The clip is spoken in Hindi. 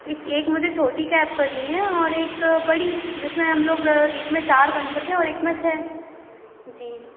इक एक मुझे छोटी कैब करनी है और एक बड़ी जिसमें हम लोग एक में चार बन सकें और एक में छः जी